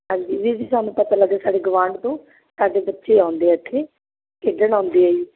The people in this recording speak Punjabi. ਹਾਂਜੀ ਵੀਰ ਜੀ ਸਾਨੂੰ ਪਤਾ ਲੱਗਿਆ ਸਾਡੇ ਗੁਆਂਢ ਤੋਂ ਤੁਹਾਡੇ ਬੱਚੇ ਆਉਂਦੇ ਆ ਇੱਥੇ ਖੇਡਣ ਆਉਂਦੇ ਆ ਜੀ